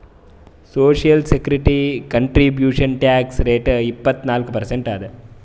social security contribution tax rate ಇಪ್ಪತ್ನಾಲ್ಕು percent ಅದ